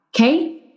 Okay